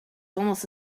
almost